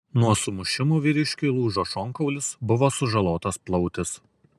nuo sumušimų vyriškiui lūžo šonkaulis buvo sužalotas plautis